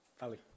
Ali